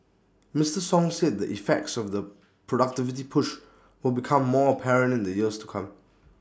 Mister song said the effects of the productivity push will become more apparent in the years to come